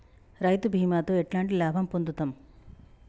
రైతు బీమాతో ఎట్లాంటి లాభం పొందుతం?